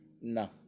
no